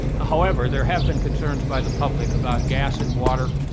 however, there have been concerns by the public about gas in water,